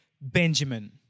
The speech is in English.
Benjamin